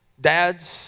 dads